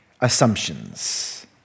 assumptions